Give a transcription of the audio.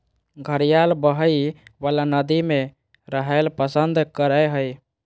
घड़ियाल बहइ वला नदि में रहैल पसंद करय हइ